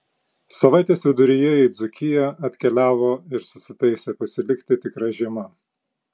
savaitės viduryje į dzūkiją atkeliavo ir susitaisė pasilikti tikra žiema